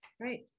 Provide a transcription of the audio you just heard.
Great